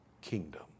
kingdom